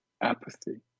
apathy